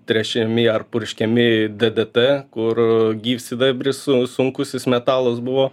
tręšiami ar purškiami ddt kur gyvsidabris su sunkusis metalas buvo